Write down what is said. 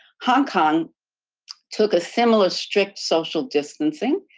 hong kong took a similar strict social distancing.